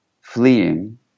fleeing